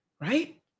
right